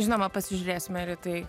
žinoma pasižiūrėsime ir į tai